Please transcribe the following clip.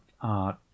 Art